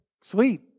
sweet